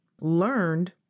learned